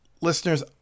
listeners